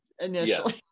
initially